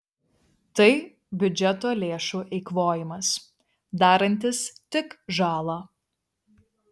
tai biudžeto lėšų eikvojimas darantis tik žalą